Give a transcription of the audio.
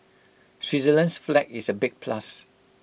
Switzerland's flag is A big plus